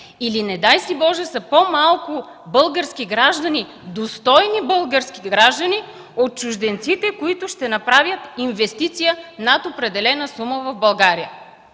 или, не дай си Боже, са по-малко български граждани, достойни български граждани от чужденците, които ще направят инвестиция над определена сума в България?